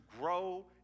grow